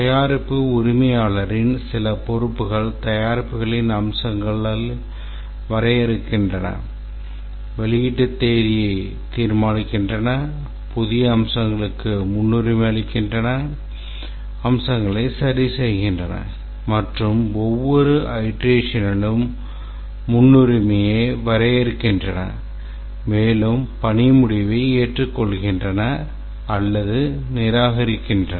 தயாரிப்பு உரிமையாளரின் சில பொறுப்புகள் தயாரிப்புகளின் அம்சங்களை வரையறுக்கின்றன வெளியீட்டு தேதியை தீர்மானிக்கின்றன புதிய அம்சங்களுக்கு முன்னுரிமை அளிக்கின்றன அம்சங்களை சரிசெய்கின்றன மற்றும் ஒவ்வொரு அயிட்ரேஷனிலும் முன்னுரிமையை வரையறுக்கின்றன மேலும் பணி முடிவை ஏற்றுக்கொள்கின்றன அல்லது நிராகரிக்கின்றன